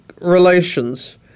relations